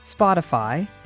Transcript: Spotify